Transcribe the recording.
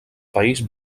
país